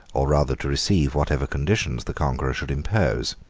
or rather to receive whatever conditions the conqueror should impose.